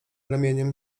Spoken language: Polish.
ramieniem